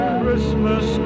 Christmas